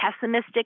pessimistic